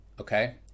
okay